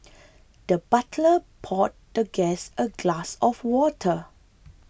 the butler poured the guest a glass of water